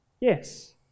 Yes